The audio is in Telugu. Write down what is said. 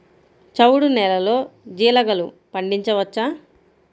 చవుడు నేలలో జీలగలు పండించవచ్చా?